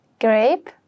grape